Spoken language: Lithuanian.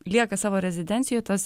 lieka savo rezidencijoj tas